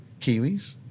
Kiwis